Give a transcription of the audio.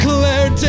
Claire